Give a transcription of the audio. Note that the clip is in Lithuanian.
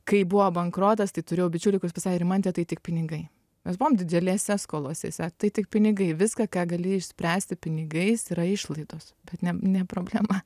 kai buvo bankrotas tai turėjau bičį kuris pasakė rimante tai tik pinigai mes buvom didelėse skolose tai tik pinigai viską ką gali išspręsti pinigais yra išlaidos bet ne ne problema